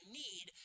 need